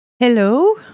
Hello